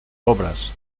obras